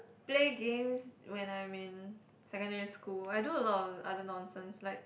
play games when I'm in secondary school I do a lot of other nonsense like